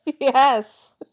yes